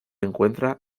encuentra